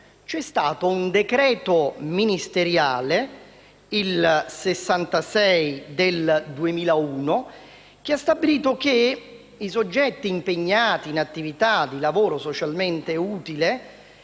di anni, il decreto interministeriale n. 66 del 2001 ha stabilito che i soggetti impegnati in attività di lavoro socialmente utile,